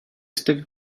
esteve